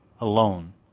alone